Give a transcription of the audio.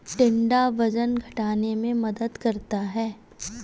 टिंडा वजन घटाने में मदद करता है